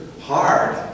hard